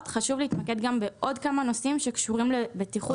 חשוב להתמקד גם בעוד כמה נושאים שקשורים לבטיחות.